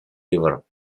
river